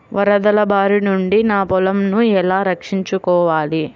వరదల భారి నుండి నా పొలంను ఎలా రక్షించుకోవాలి?